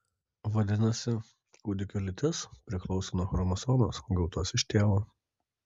vadinasi kūdikio lytis priklauso nuo chromosomos gautos iš tėvo